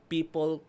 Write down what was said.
People